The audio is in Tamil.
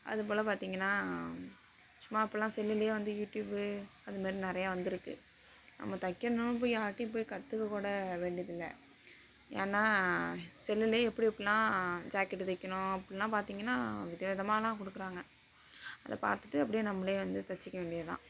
அது போல் பார்த்திங்கன்னா சும்மா இப்பெலாம் செல்லுலேயே வந்து யூட்யூப்பு அது மாதிரி நிறையா வந்துருக்கு நம்ம தைக்கணுன்னாலும் போய் யார்கிட்டையும் போய் கற்றுக்க கூட வேண்டியது இல்லை ஏன்னால் செல்லிலே எப்படி எப்படிலாம் ஜாக்கெட்டு தைக்கணும் அப்படிலாம் பார்த்திங்கன்னா வித விதமாயெலாம் கொடுக்குறாங்க அதை பார்த்துட்டு அப்படியே நம்மளே வந்து தைச்சிக்க வேண்டியது தான்